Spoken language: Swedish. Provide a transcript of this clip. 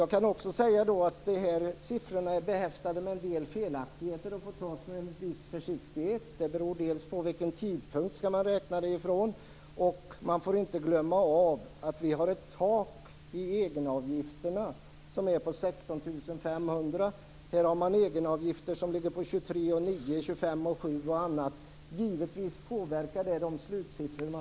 Jag kan också säga att de här siffrorna är behäftade med en del felaktigheter och får tas med en viss försiktighet. Det beror delvis på från vilken tidpunkt de skall räknas. Man får inte glömma av att vi har ett tak i egenavgifterna som är på 16 500 kr. Här har man egenavgifter som ligger på 23 900 kr och 25 700 kr. Givetvis påverkar det slutsiffrorna.